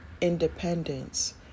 independence